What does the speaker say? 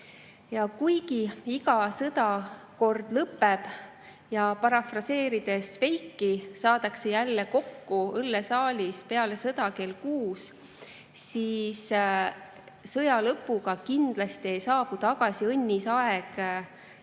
Kuigi iga sõda kord lõpeb, ja parafraseerides Švejki, saadakse jälle kokku õllesaalis peale sõda kell kuus, siis sõja lõpuga kindlasti ei saabu tagasi õnnis aeg Euroopas